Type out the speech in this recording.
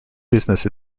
business